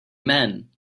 men